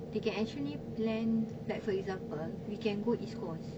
they can actually plan like for example we can go east coast